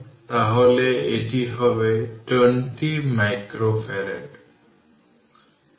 প্রকৃতপক্ষে এটি সত্য কারণ সার্কিটের উপরের অংশ ছেড়ে চার্জের জন্য কোন পাথ নেই